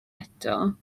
eto